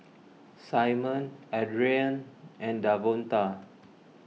Simon Adriane and Davonta